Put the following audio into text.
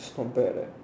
compared like